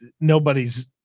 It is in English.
nobody's